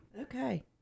Okay